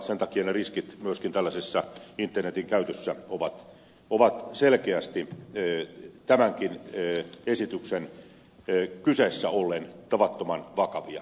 sen takia ne riskit myöskin tällaisessa internetin käytössä ovat selkeästi tämänkin esityksen kyseessä ollen tavattoman vakavia